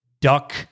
Duck